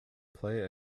play